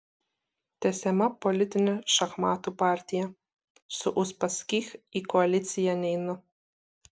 tęsiama politinė šachmatų partija su uspaskich į koaliciją neinu